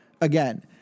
Again